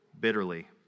bitterly